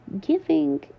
Giving